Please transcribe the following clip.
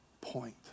point